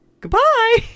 Goodbye